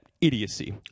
Idiocy